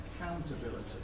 accountability